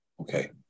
Okay